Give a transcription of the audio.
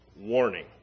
warning